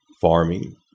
farming